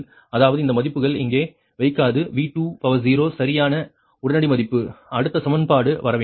அதாவது இந்த மதிப்புகள் இங்கே வைக்காது V20 சரியான உடனடி மதிப்பு அடுத்த சமன்பாடு வர வேண்டும்